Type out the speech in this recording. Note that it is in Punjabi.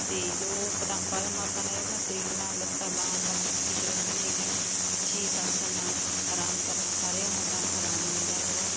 ਅਤੇ ਜੋ ਪਦਾ ਪਦਮ ਆਸਣ ਇਹਦੇ ਨਾਲ ਸਰੀਰ ਨਾਲ ਲੱਤਾਂ ਬਾਹਾਂ ਸਭ ਠੀਕ ਰਹਿੰਦੀਆਂ ਨੇ ਗੀਆਂ ਸ਼ੀਸ਼ ਆਸਣ ਨਾਲ ਅਰਾਮ ਕਰਨ ਨਾਲ ਸਾਰਿਆਂ ਹੱਡਾਂ ਨੂੰ ਅਰਾਮ ਮਿਲਦਾ ਹੈਗਾ